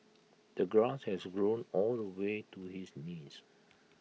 the grass has grown all the way to his knees